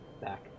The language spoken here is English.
back